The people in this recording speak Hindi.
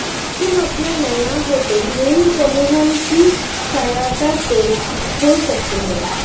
तुम अपना नया होटल ऋण समूहन की सहायता से खोल सकते हो